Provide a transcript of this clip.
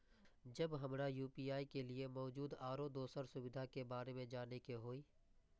जब हमरा यू.पी.आई के लिये मौजूद आरो दोसर सुविधा के बारे में जाने के होय?